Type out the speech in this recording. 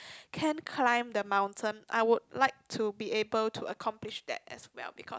can climb the mountain I would like to be able to accomplish that as well because